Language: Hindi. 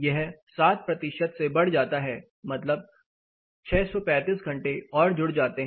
यह 7 से बढ़ जाता है मतलब 635 घंटे और जुड़ जाते हैं